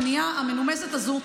הפנייה המנומסת הזאת,